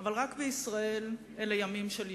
אבל רק בישראל אלה ימים של ייאוש.